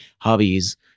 hobbies